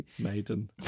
Maiden